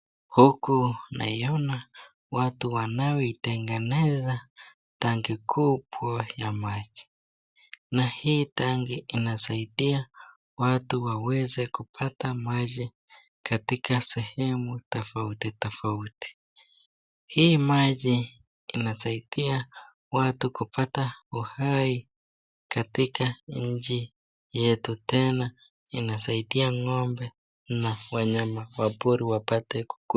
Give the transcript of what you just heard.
Huku naiona watu wanaoitengeneza tenki kubwa ya maji , na hii tanki inasaidia watu waweze kupata maji katika sehemu tofauti tofauti. Hii maji inasaidia watu kupata uhai katika Nchi yetu tena inasaidia Ng'ombe na wanyama wapori wapate kukunywa.